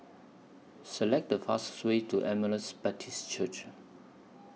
Select The fastest Way to Emmaus Baptist Church